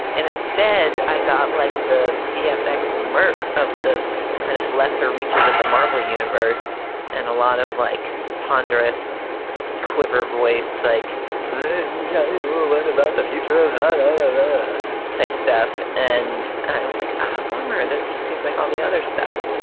and instead, i got like the vfx murk of the kind of lesser reaches of the marvel universe and a lot of like ponderous quiver voiced like yeah you would about the future of the type stuff and i was like a ah bummer. this just seems like all the other stuff.